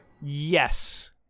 yes